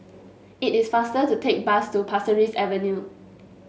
it is faster to take bus to Pasir Ris Avenue